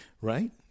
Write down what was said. right